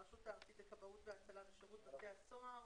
הרשות הארצית לכבאות והצלה בשירות בתי הסוהר,